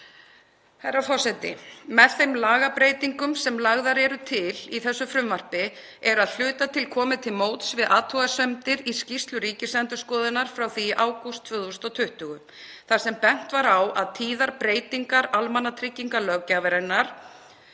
Herra forseti. Með þeim lagabreytingum sem lagðar eru til í þessu frumvarpi er að hluta til komið til móts við athugasemdir í skýrslu Ríkisendurskoðunar frá því í ágúst 2020 þar sem bent var á að tíðar breytingar almannatryggingalöggjafarinnar,